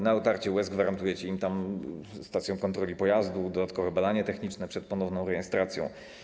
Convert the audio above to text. Na otarcie łez gwarantujecie stacjom kontroli pojazdów dodatkowe badanie techniczne przed ponowną rejestracją.